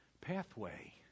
pathway